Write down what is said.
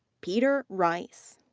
peter rice.